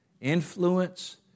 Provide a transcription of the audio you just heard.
influence